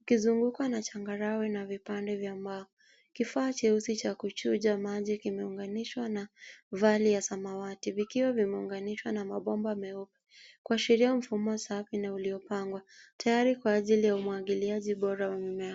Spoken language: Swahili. ukizungukwa na changarawe na vipande vya mbao. Kifaa cheusi cha kuchuja maji kimeunganishwa na vali ya samawati vikiwa kimeunganishwa na mabomba meupe. Kuashiria mfumo safi na uliopangwa tayari kwa ajili ya umwangiliaji bora wa mimea.